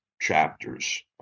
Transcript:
chapters